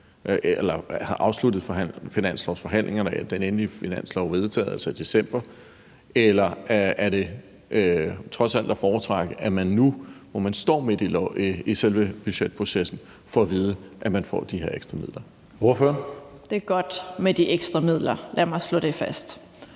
man havde afsluttet finanslovsforhandlingerne og med den endelige finanslov vedtaget, altså i december? Eller er det trods alt at foretrække, at man nu, hvor man står midt i selve budgetprocessen, får at vide, at man får de her ekstra midler?